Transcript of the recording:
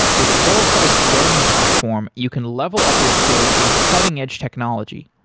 with pluralsight's learning platform, you can level up your skills in cutting edge technology,